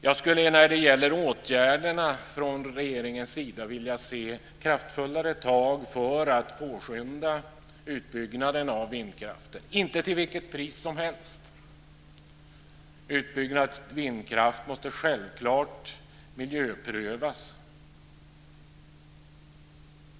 Jag skulle när det gäller åtgärderna från regeringens sida vilja se kraftfullare tag för att påskynda utbyggnaden av vindkraft, dock inte till vilket pris som helst. Utbyggnad av vindkraft måste självklart miljöprövas.